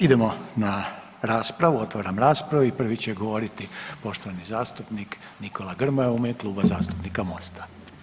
Idemo na raspravu, otvaram raspravu i prvi će govoriti poštovani zastupnik Nikola Grmoja u ime Kluba zastupnika MOST-a.